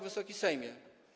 Wysoki Sejmie!